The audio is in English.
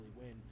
win